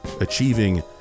achieving